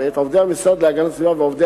ואת עובדי המשרד להגנת הסביבה ועובדי